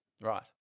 Right